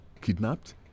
kidnapped